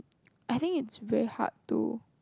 I think it's very hard to